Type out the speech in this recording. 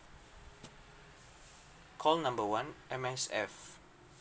call number one M_S_F